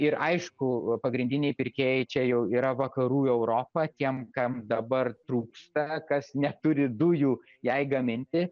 ir aišku pagrindiniai pirkėjai čia jau yra vakarų europa tiem kam dabar trūksta kas neturi dujų jai gaminti